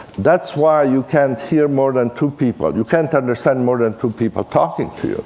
that's why you can't hear more than two people. you can't understand more than two people talking to